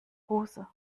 hose